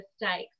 mistakes